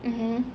mmhmm